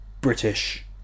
British